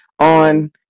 on